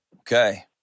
Okay